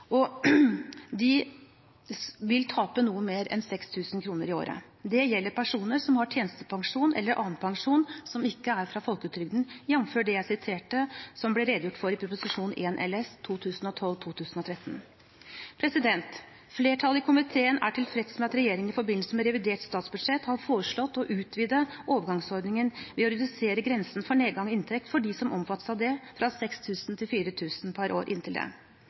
de vil tape noe mer enn 6 000 kr i året. Det gjelder personer som har tjenestepensjon eller annen pensjon som ikke er fra folketrygden, jf. det jeg siterte, og som det ble redegjort for i Prop. 1 LS for 2012–2013. Flertallet i komiteen er tilfreds med at regjeringen i revidert statsbudsjett har foreslått å utvide overgangsordningen ved å redusere grensen for nedgang i inntekt for dem som omfattes, fra 6 000 kr til 4 000 kr per år